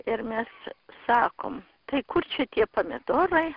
ir mes sakom tai kur čia tie pamidorai